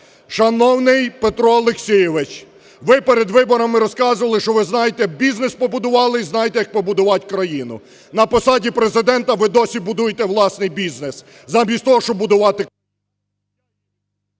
Шановний Петро Олексійович, ви перед виборами розказували, що ви знаєте, як бізнес побудували, і знаєте, як побудувати країну. На посаді Президента ви досі будуєте власний бізнес,